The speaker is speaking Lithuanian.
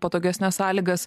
patogesnes sąlygas